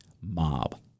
mob